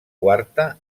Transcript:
quarta